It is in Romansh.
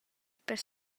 per